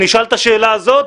שנשאל את השאלה הזאת?